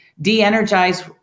de-energize